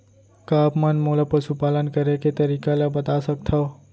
का आप मन मोला पशुपालन करे के तरीका ल बता सकथव?